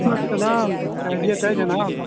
السلام خیریت ہے جناب